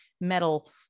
metal